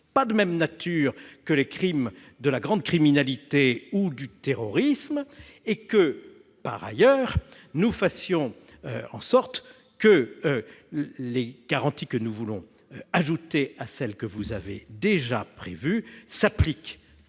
pas de même nature que ceux de la grande criminalité ou du terrorisme. Par ailleurs, il s'agit de faire en sorte que les garanties que nous voulons ajouter à celles que vous avez déjà prévues s'appliquent